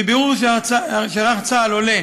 מבירור שערך צה"ל עולה